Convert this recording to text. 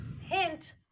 Hint